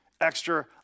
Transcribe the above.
extra